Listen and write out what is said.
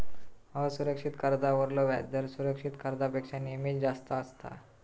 असुरक्षित कर्जावरलो व्याजदर सुरक्षित कर्जापेक्षा नेहमीच जास्त असता